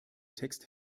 text